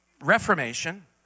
reformation